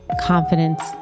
confidence